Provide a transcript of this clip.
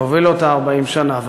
והובילה אותה 40 שנה.